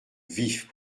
vif